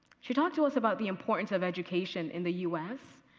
she talked to us about the importance of education in the u s.